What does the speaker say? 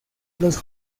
los